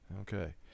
okay